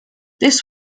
this